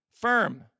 firm